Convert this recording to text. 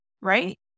right